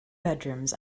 bedrooms